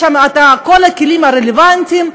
יש שם כל הכלים הרלוונטיים.